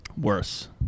Worse